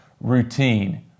routine